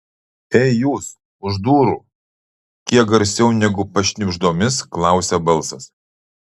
ei jūs už durų kiek garsiau negu pašnibždomis klausia balsas